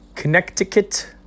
Connecticut